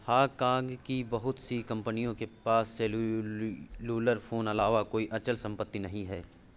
Hong Kong की बहुत सी कंपनियों के पास सेल्युलर फोन अलावा कोई अचल संपत्ति नहीं है